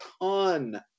ton